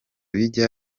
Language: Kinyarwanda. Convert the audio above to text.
bijya